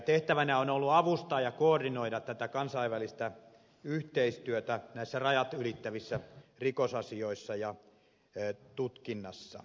tehtävänä on ollut avustaa ja koordinoida tätä kansainvälistä yhteistyötä näissä rajat ylittävissä rikosasioissa ja tutkinnassa